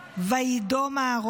על אהרן הכוהן: "וידם אהרן".